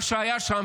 מה שהיה שם,